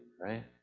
right